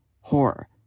horror